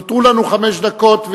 נותרו לנו חמש דקות,